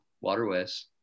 waterways